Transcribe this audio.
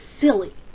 silly